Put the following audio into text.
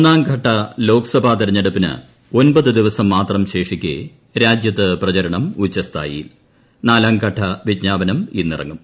ഒന്നാംഘട്ട ലോക്സഭാ തെരഞ്ഞെടുപ്പിന് ഒൻപത് ദിവസം മാത്രം ശേഷിക്കെ രാജൃത്ത് പ്രചരണം ഉച്ചസ്ഥായിയിൽ നാലാം ഘട്ട വിജ്ഞാപനം ഇന്നിറങ്ങും